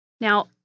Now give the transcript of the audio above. Now